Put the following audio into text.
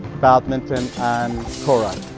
badminton and karate.